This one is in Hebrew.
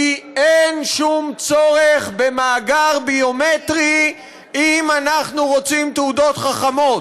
כי אין שום צורך במאגר ביומטרי אם אנחנו רוצים תעודות חכמות.